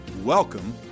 Welcome